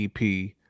EP